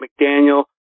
McDaniel